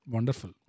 Wonderful